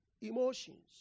emotions